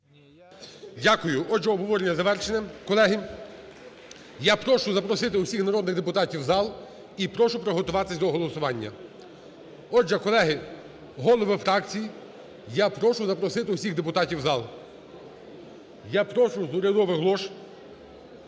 Дякую. Отже, обговорення звершене, колеги. Я прошу запросити усіх народних депутатів в зал і прошу приготуватись до голосування. Отже, колеги, голови фракцій, я прошу запросити усіх депутатів в зал. Я прошу з урядових лож